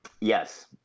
Yes